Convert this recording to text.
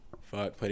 Fuck